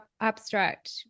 abstract